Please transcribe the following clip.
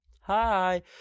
Hi